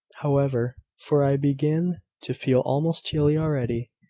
however, for i begin to feel almost chilly already.